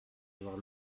avoir